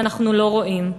ואנחנו לא רואים.